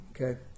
okay